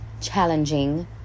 challenging